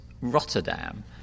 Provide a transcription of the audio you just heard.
Rotterdam